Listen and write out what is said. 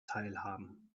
teilhaben